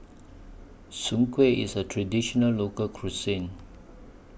Soon Kuih IS A Traditional Local Cuisine